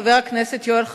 חבר הכנסת יואל חסון,